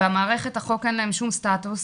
במערכת החוק אין להם שום סטטוס,